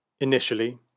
Initially